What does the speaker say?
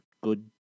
good